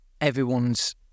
everyone's